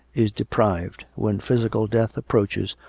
is deprived, when physical death approaches,